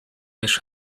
beş